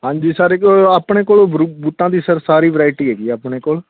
ਹਾਂਜੀ ਸਰ ਇੱਕ ਆਪਣੇ ਕੋਲ ਬਰੂ ਬੂਟਾਂ ਦੀ ਸਰ ਸਾਰੀ ਵਰਾਇਟੀ ਹੈਗੀ ਆਪਣੇ ਕੋਲ